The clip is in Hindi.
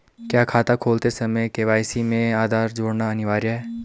क्या खाता खोलते समय के.वाई.सी में आधार जोड़ना अनिवार्य है?